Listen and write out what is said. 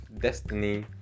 destiny